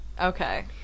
okay